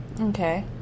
okay